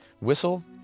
whistle